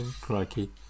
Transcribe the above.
Crikey